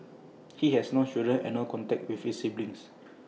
he has no children and no contact with his siblings